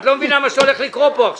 את לא מבינה מה הולך לקרות פה עכשיו.